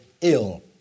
ill